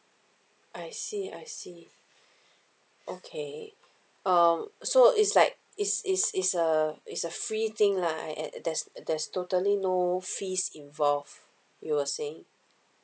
I see I see okay um so it's like it's it's it's a it's a free thing lah I eh there's there's totally no fees involved you were saying